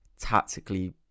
Tactically